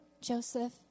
Joseph